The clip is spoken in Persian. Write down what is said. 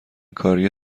کاری